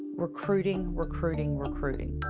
recruiting, recruiting, recruiting.